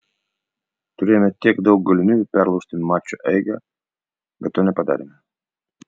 turėjome tiek daug galimybių perlaužti mačo eigą bet to nepadarėme